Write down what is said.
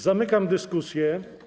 Zamykam dyskusję.